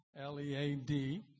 L-E-A-D